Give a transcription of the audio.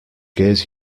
gears